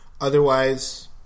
Otherwise